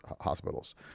hospitals